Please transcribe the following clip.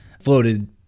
floated